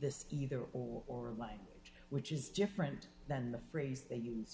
this either or life which is different than the phrase they use